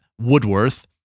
Woodworth